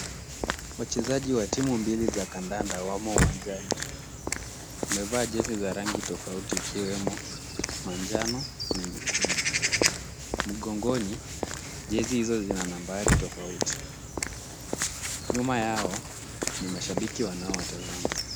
Wachezaji wa timu mbili za kandanda wamo uwanjani. Wamevaa jezi za rangi tofauti ikiwemo manjano na nyekundu. Mgongoni, jezi hizo zina nambari tofauti. Nyuma yao ni mashabiki wanaowatazama.